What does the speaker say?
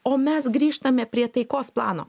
o mes grįžtame prie taikos plano